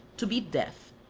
to be death.